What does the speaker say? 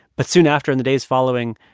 but soon after, in the days following,